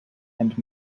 and